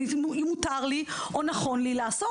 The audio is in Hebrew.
האם מותר לי או נכון לי לעשות?